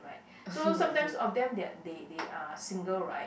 so sometimes of them they they are single right